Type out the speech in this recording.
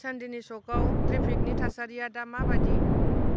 चान्दनि चौकाव ट्रेफिकनि थासारिया दा मा बादि